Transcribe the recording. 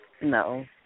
No